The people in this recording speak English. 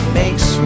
makes